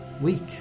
week